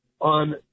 on